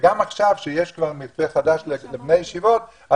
גם עכשיו כשיש כבר מתווה חדש לבני ישיבות,